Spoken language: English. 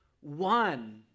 one